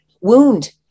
wound